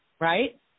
right